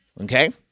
Okay